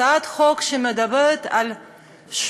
הצעת חוק שמדברת על 80,000